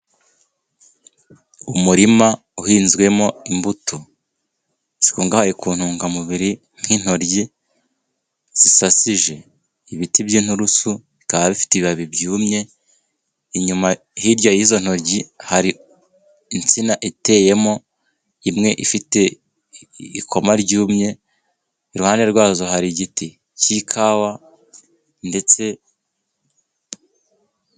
Umurima uhinzwemo imbuto zikungahaye ku ntungamubiri nk'intoryi, zisasije ibiti by'inturusu. Bikaba bifite ibibabi byumye. Inyuma hirya y'izo ntoryi hari insina iteyemo imwe ifite ikoma ryumye. Iruhande rwazo hari igiti cy'ikawa ndetse...